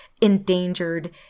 endangered